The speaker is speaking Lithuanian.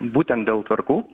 būtent dėl tvarkų